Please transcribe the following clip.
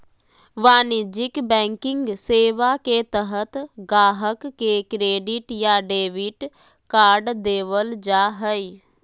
वाणिज्यिक बैंकिंग सेवा के तहत गाहक़ के क्रेडिट या डेबिट कार्ड देबल जा हय